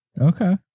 Okay